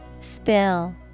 Spill